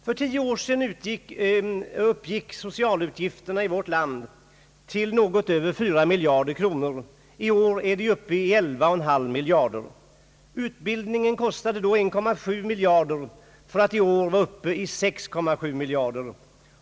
För tio år sedan uppgick socialutgifterna i vårt land till något över 4 miljarder kronor. I år är de uppe i 11,5 miljarder. Utbildningen kostade då 1,7 miljard för att i år vara uppe i 6,7 miljarder.